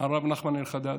הרב נחמן אלחדד,